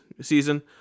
season